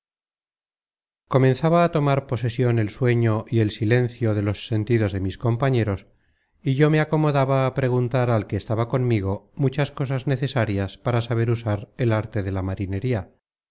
comenzaba a tomar posesion el sueño y el silencio de los sentidos de mis compañeros y yo me acomodaba a preguntar al que estaba conmigo muchas cosas necesarias para saber usar el arte de la marinería